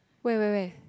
wait wait wait